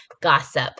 gossip